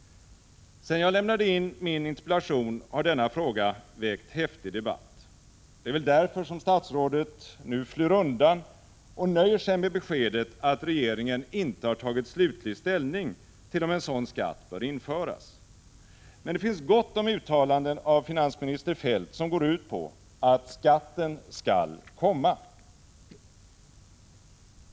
Sedan jag lämnade in min interpellation har denna fråga väckt häftig debatt. Det är väl därför som statsrådet nu flyr undan och nöjer sig med beskedet att regeringen inte tagit slutlig ställning till om en sådan skatt bör införas. Men det finns gott om uttalanden från finansminister Feldt som går ut på att denna skatt skall komma.